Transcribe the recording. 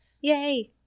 Yay